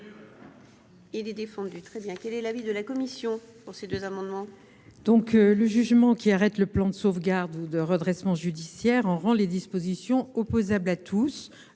Il est défendu. Quel est l'avis de la commission spéciale ? Le jugement qui arrête le plan de sauvegarde ou de redressement judiciaire en rend les dispositions opposables à tous.